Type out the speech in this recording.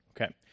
Okay